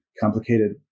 complicated